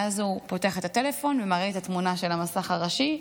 ואז הוא פותח את הטלפון ומראה את התמונה של המסך הראשי,